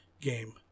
game